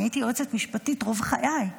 אני הייתי יועצת משפטית רוב חיי,